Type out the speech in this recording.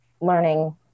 learning